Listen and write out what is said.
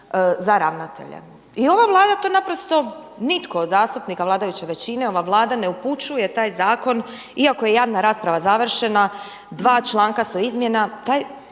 za ravnatelja. I ova Vlada to naprosto, nitko od zastupnika vladajuće većina, ova Vlada ne upućuje taj zakon iako je javna rasprava završena, dva članka su izmijenjena.